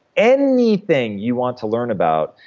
anything you want to learn about,